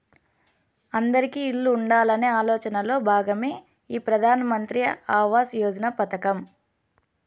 అందిరికీ ఇల్లు ఉండాలనే ఆలోచనలో భాగమే ఈ ప్రధాన్ మంత్రి ఆవాస్ యోజన పథకం